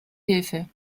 hilfe